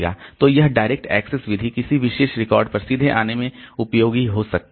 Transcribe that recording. तो यह direct access विधि किसी विशेष रिकॉर्ड पर सीधे आने में उपयोगी हो सकती है